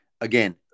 again